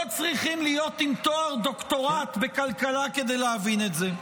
לא צריכים להיות עם תואר דוקטורט בכלכלה כדי להבין את זה,